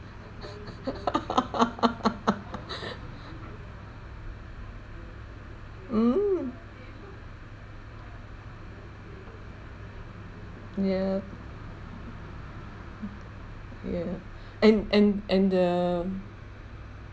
mm yup yeah and and and uh